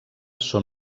són